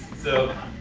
so,